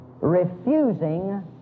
refusing